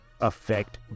affect